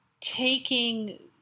taking